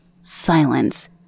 silence